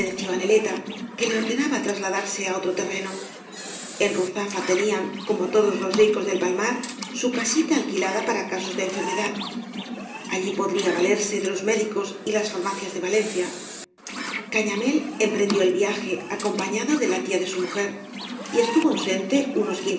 neieta que le ordenaba trasladarse á otro terreno eü ruzafa tenían como todos los ríeos del palmar su casita alquilada para casos de enfermedad allí podría valerse de los médicos y iaa farmacias de valencia cañamél emprendió el viaje acompañado de la tí da su mujer y estuvo ausente unos